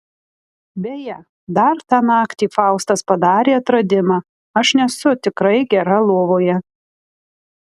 beje dar tą naktį faustas padarė atradimą aš nesu tikrai gera lovoje